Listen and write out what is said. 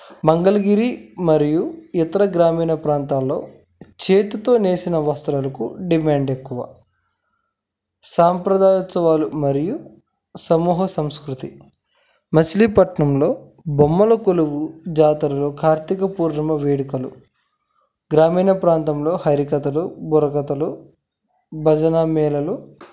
మంగళగిరి మరియు ఇతర గ్రామీణ ప్రాంతాల్లో చేతితో నేసిన వస్త్రాలకు డిమాండ్ ఎక్కువ సాంప్రదాయ ఉత్సవాలు మరియు సమూహ సంస్కృతి మచిలీపట్నంలో బొమ్మల కొలువు జాతరలో కార్తీక పూర్ణిమ వేడుకలు గ్రామీణ ప్రాంతంలో హరికథలు బుర్రకథలు భజనమేళాలు